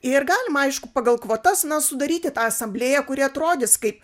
ir galima aišku pagal kvotas na sudaryti tą asamblėją kuri atrodys kaip